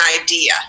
idea